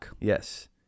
Yes